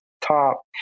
top